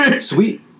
Sweet